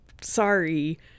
sorry